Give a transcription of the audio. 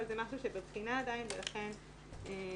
אבל זה משהו שהוא בבחינה עדיין ולכן אני